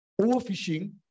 Overfishing